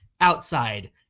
outside